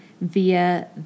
via